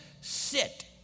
sit